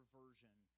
version